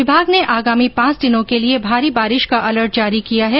विभाग ने आगामी पांच दिनों के लिए भारी बारिश का अलर्ट जारी किया है